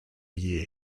year